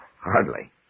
Hardly